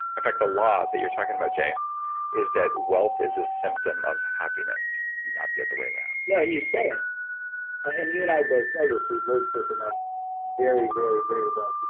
in fact the law that you're talking about jay is that wealth is a symptom of happiness. not the other way around. no you're saying and you and i both know this, we've worked with enough very, very very wealthy